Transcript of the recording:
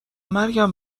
مرگم